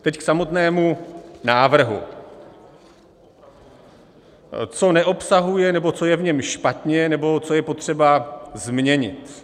Teď k samotnému návrhu, co neobsahuje nebo co je v něm špatně nebo co je potřeba změnit.